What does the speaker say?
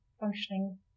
functioning